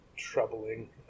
troubling